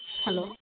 hello